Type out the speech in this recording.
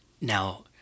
Now